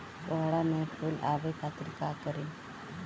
कोहड़ा में फुल आवे खातिर का करी?